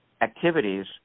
activities